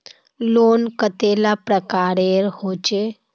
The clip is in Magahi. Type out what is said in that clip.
लोन कतेला प्रकारेर होचे?